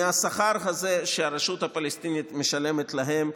הם נהנו מהשכר הזה שהרשות הפלסטינית משלמת להם.